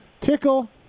Tickle